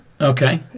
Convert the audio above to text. Okay